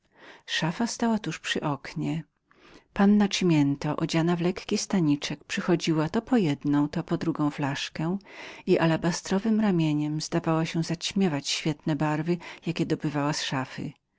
szafa stała tuż przy oknie panna cimiento odziana w lekką spodniczkę i gorsecik przychodziła to po jedną to po drugą flaszkę i alabastrowem ramieniem zdawała się ćmić świetne barwy jakie dobywała z szafy